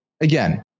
again